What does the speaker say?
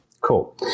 Cool